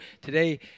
today